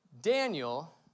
Daniel